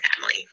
Family